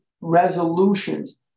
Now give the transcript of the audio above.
resolutions